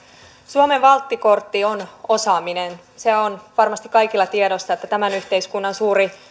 suomen valttikortti on osaaminen se on varmasti kaikilla tiedossa tämän yhteiskunnan suuri